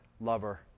lover